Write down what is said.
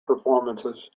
performances